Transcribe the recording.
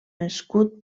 escut